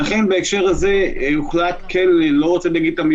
לכן יכול להיות שאני מליץ לעשות את זה.